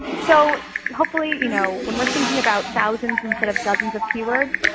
so hopefully you know when we're thinking about thousands instead of dozens of keywords,